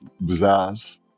bazaars